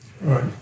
Right